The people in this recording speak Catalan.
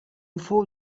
fou